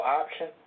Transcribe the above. option